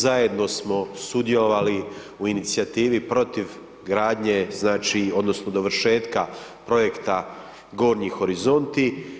Zajedno smo sudjelovali u inicijativi protiv gradnje, znači, odnosno dovršetka projekta Gornji horizonti.